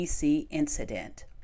incident